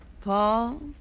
Paul